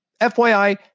FYI